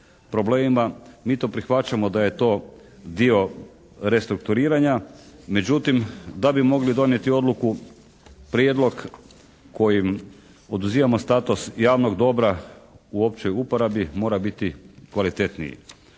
Mi to prihvaćamo da je to dio restrukturiranja. Međutim, da bi mogli donijeti odluku prijedlog kojim oduzimamo status javnog dobra u općoj uporabi mora biti kvalitetniji.